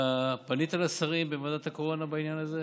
אתה פנית לשרים בוועדת הקורונה בעניין הזה?